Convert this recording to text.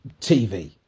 TV